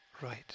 right